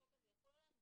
החוק הזה יחול עליהם,